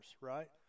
right